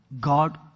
God